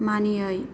मानियै